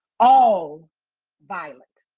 all violent.